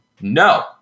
No